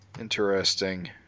Interesting